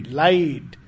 light